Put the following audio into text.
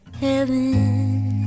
heaven